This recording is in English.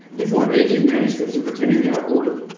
people were aging manuscripts and pretending they were older.